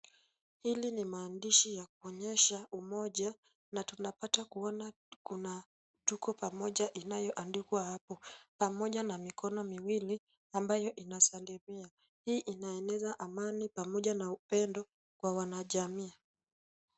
Hili ni maandishi ya kuonyesha umoja na tunapata kuona kuna tuko pamoja inayoandikwa hapo pamoja na mikono miwili inayosalimia. Hii inaeneza amani pamoja na upendo kwa wanajamii.